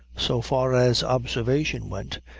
so far as observation went,